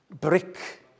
brick